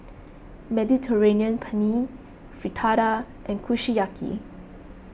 Mediterranean Penne Fritada and Kushiyaki